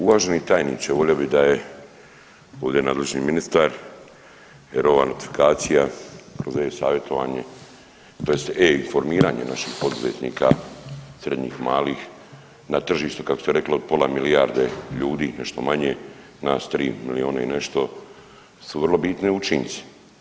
Uvaženi tajniče, volio bih da je ovdje nadležni ministar jer ova notifikacija kroz e-Savjetovanje tj. e-Informiranje naših poduzetnika, srednjih, malih, na tržištu, kako se reklo od pola milijarde ljudi, nešto manje, nas 3 milijuna i nešto su vrlo bitni učinci.